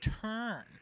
turn